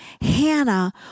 Hannah